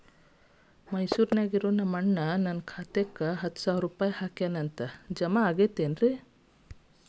ಮೈಸೂರ್ ನ್ಯಾಗ್ ಇರೋ ನನ್ನ ಅಣ್ಣ ನನ್ನ ಖಾತೆದಾಗ್ ಹತ್ತು ಸಾವಿರ ರೂಪಾಯಿ ಹಾಕ್ಯಾನ್ ಅಂತ, ಜಮಾ ಆಗೈತೇನ್ರೇ?